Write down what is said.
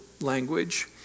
language